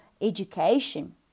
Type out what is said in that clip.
education